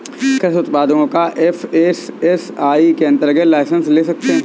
कृषि उत्पादों का एफ.ए.एस.एस.आई के अंतर्गत लाइसेंस ले सकते हैं